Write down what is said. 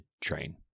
train